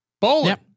Bowling